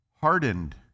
hardened